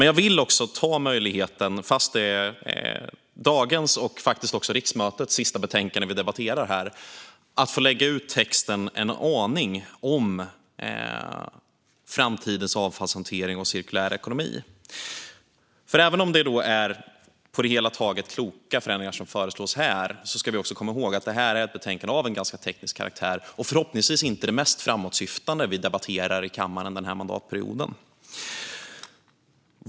Jag vill också ta möjligheten - fast det är dagens och faktiskt också riksmötets sista betänkande från utskottet vi debatterar här - att få lägga ut texten en aning om framtidens avfallshantering och cirkulär ekonomi. Även om det på det hela taget är kloka förändringar som föreslås här ska vi komma ihåg att det här är ett betänkande av en ganska teknisk karaktär och förhoppningsvis inte det mest framåtsyftande vi debatterar i kammaren den här mandatperioden.